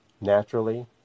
naturally